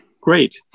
great